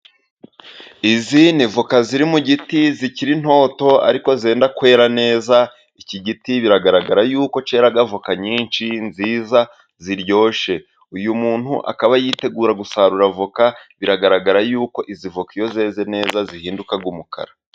Izi ni avoka ziri mu giti, zikiri ntoto ariko zenda kwera neza. Iki giti biragaragara yuko cyera avoka nyinshi, nziza, ziryoshye. Uyu muntu akaba yitegura gusarura avoka. Biragaragara yuko izi avoka, iyo zeze neza, zihinduka umukara.